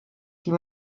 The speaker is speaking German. die